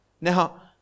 Now